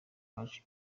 wacu